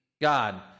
God